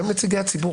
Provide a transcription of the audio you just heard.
הם נציגי הציבור.